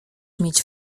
mieć